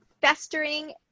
festering